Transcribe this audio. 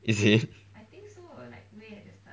is it